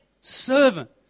servant